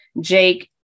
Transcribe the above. Jake